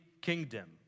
kingdom